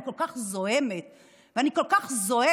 אני כל כך זועמת ואני כל כך זועקת,